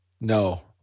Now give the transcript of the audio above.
No